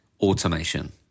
automation